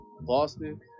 Boston